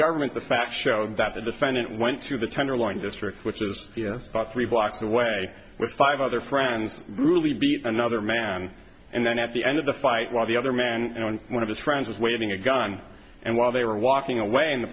government the facts show that the defendant went to the tenderloin district which is yes but three blocks away with five other friends really beat another man and then at the end of the fight while the other man one of his friends was waving a gun and while they were walking away and the